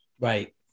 right